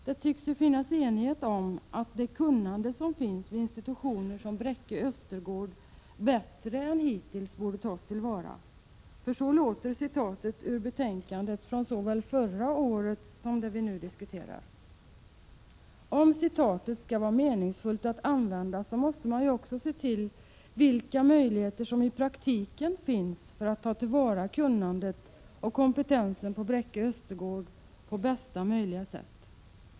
Det tycks ju finnas enighet om att det kunnande som finns vid institutioner som Bräcke Östergård bättre än hittills borde tas till vara. Detta framhålls i såväl betänkandet från förra året som det vi nu diskuterar. Om ett sådant uttalande skall ha någon mening, måste man också undersöka vilka möjligheter som i praktiken finns för att ta till vara kunnandet och kompetensen på Bräcke Östergård på bästa möjliga sätt.